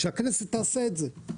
שהכנסת תעשה את זה.